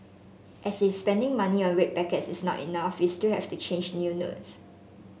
as if spending money on red packets is not enough you still have to change new notes